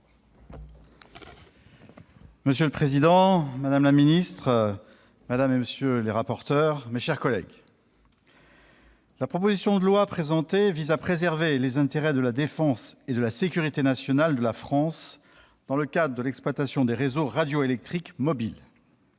Monsieur le président, madame la secrétaire d'État, mes chers collègues, cette proposition de loi vise à préserver les intérêts de la défense et de la sécurité nationale de la France dans le cadre de l'exploitation des réseaux radioélectriques mobiles.